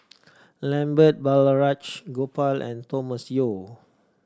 Lambert Balraj Gopal and Thomas Yeo